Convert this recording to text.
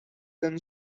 than